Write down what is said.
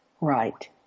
right